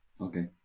Okay